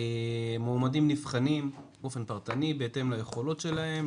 מועמדים נבחנים באופן פרטני בהתאם ליכולות שלהם,